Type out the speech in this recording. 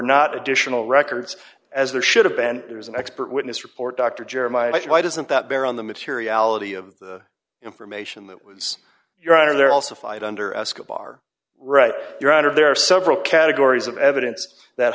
not additional records as there should have been there was an expert witness report dr jeremi why doesn't that bear on the materiality of the information that was your honor they're also fight under escobar right you're out of there are several categories of evidence that